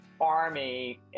Army